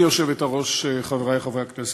גברתי היושבת-ראש, חברי חברי הכנסת,